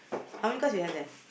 how many cards you have there